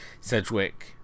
sedgwick